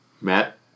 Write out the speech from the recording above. Matt